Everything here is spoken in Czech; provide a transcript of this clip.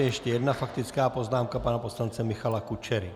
Ještě jedna faktická poznámka pana poslance Michala Kučery.